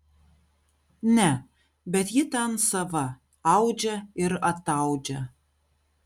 ne bet ji ten sava audžia ir ataudžia